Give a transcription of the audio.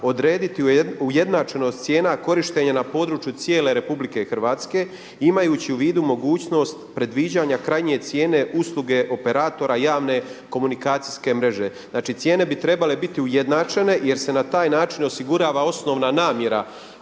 odrediti ujednačenost cijena korištenja na području cijele Republike Hrvatske imajući u vidu mogućnost predviđanja krajnje cijene usluge operatora javne komunikacijske mreže. Znači, cijene bi trebale biti ujednačene jer se na taj način osigurava osnovna namjera